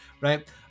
right